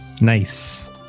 Nice